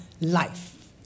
life